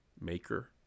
maker